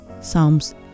Psalms